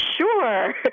Sure